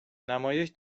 نمایش